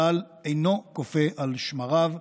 צה"ל אינו קופא על שמריו.